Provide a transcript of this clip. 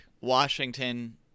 Washington